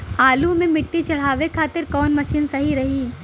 आलू मे मिट्टी चढ़ावे खातिन कवन मशीन सही रही?